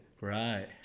Right